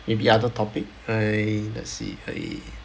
if the other topic I let's see I